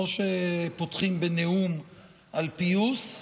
לא שפותחים בנאום על פיוס,